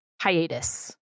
hiatus